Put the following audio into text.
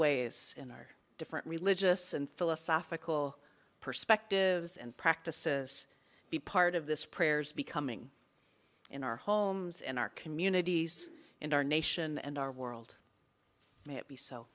ways in our different religious and philosophical perspective and practices be part of this prayers becoming in our homes in our communities in our nation and our world maybe so